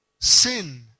sin